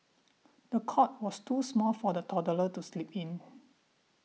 the cot was too small for the toddler to sleep in